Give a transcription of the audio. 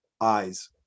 eyes